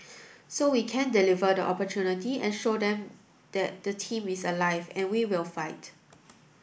so we can deliver the opportunity and show them that the team is alive and we will fight